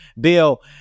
Bill